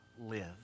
live